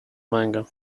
manga